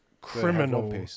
criminal